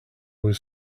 was